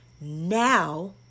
now